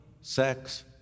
sex